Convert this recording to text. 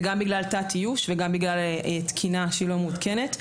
זה גם בגלל תת איוש וגם בגלל תקינה שהיא לא מעודכנת.